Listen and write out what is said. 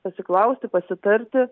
pasiklausti pasitarti